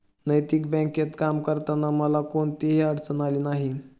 नैतिक बँकेत काम करताना मला कोणतीही अडचण आली नाही